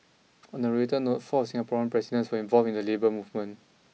on a related note four of Singaporean presidents were involved in the labour movement